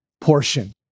portion